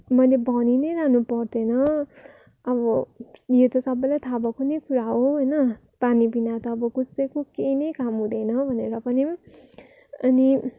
मैले भनी नै रहनु पर्दैन अब यो त सबैले थाहा भएको नै कुरो हो होइन पानी बिना त अब कसैको केही नै काम हुँदैन भनेर पनि अनि